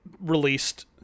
released